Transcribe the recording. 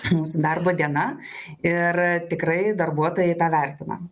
mūsų darbo diena ir tikrai darbuotojai tą vertina